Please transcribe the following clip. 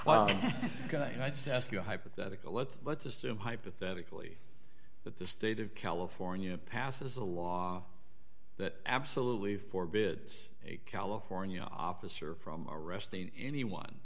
can i just ask you a hypothetical let's let's assume hypothetically that the state of california passes a law that absolutely for bit a california officer from arresting anyone